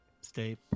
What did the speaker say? stay